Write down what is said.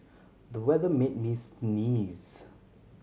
the weather made me sneeze